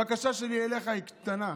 הבקשה שלי אליך היא קטנה: